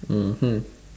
mmhmm